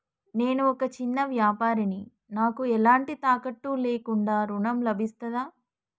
నేను ఒక చిన్న వ్యాపారిని నాకు ఎలాంటి తాకట్టు లేకుండా ఋణం లభిస్తదా?